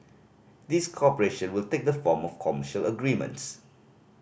this cooperation will take the form of commercial agreements